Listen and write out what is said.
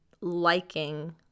liking